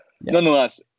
Nonetheless